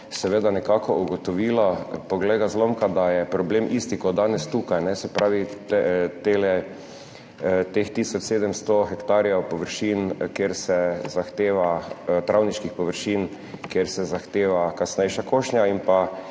seveda nekako ugotovilo, poglej ga zlomka, da je problem isti kot danes tukaj, se pravi tele, teh 1700 površin, kjer se zahteva travniških površin, kjer se zahteva kasnejša košnja in pa